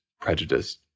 prejudiced